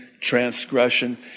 transgression